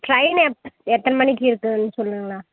train எப் எத்தனை மணிக்கு இருக்குதுன்னு சொல்லுங்களேன்